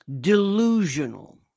delusional